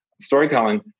storytelling